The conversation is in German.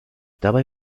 dabei